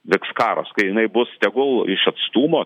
vyks karas kai jinai bus tegul iš atstumo